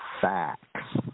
facts